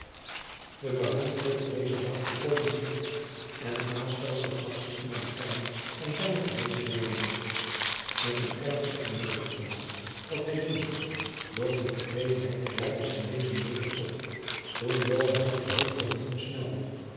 de baron keurde dezen raad volkomen goed en raesfelt begaf zich naar de kamer van zijnen gewezen leerling met een ernstig en bedrukt gelaat traad hij binnen doch de tevredenheid klaarde zijn jacob van lennep de pleegzoon wezen weder op toen joan hem verheugd te gemoet snelde